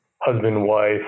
husband-wife